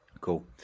cool